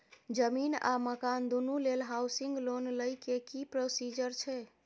जमीन आ मकान दुनू लेल हॉउसिंग लोन लै के की प्रोसीजर छै?